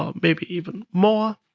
um maybe even more.